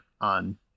on